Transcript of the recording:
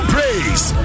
Praise